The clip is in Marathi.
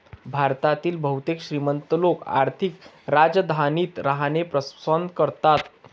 भारतातील बहुतेक श्रीमंत लोक आर्थिक राजधानीत राहणे पसंत करतात